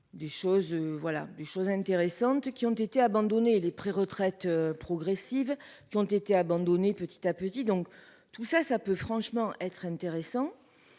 des choses intéressantes qui ont été. Et les préretraites progressives qui ont été abandonnées petit à petit, donc tout ça ça peut franchement être intéressant.